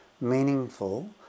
meaningful